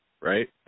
right